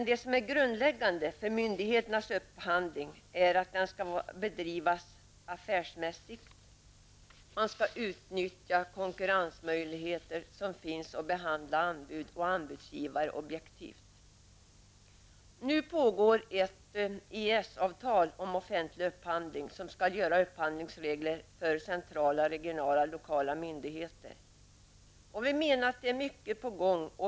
Det grundläggande för myndigheternas upphandling är dock affärsmässigheten. Man skall utnyttja de konkurrensmöjligheter som finns och behandla anbud samt anbudsgivare på ett objektivt sätt. Nu förhandlas det om ett EES-avtal som går ut på att skapa upphandlingsregler för centrala, regionala och lokala myndigheter. Mycket är alltså på gång.